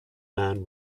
man